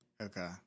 okay